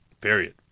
Period